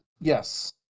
yes